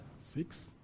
Six